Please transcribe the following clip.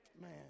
Man